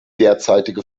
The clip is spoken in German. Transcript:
derzeitige